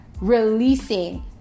releasing